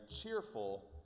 cheerful